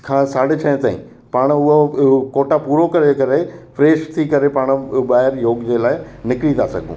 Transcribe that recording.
खां साढे छह ताईं पाण उहो कोटा पूरो करे करे फ्रेश थी करे पाण ॿाहिरि योग जे लाइ निकरी था सघूं